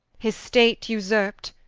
his state vsurp'd,